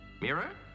Mira